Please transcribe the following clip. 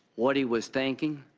what he was thinking.